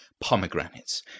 pomegranates